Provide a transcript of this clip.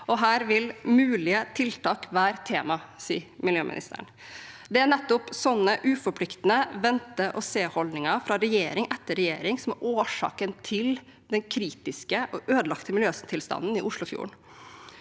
Her vil «mulige tiltak være tema», sier miljøministeren. Det er nettopp sånne uforpliktende vente-og-seholdninger fra regjering etter regjering som er årsaken til den kritiske og ødelagte miljøtilstanden i Oslofjorden.